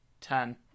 Ten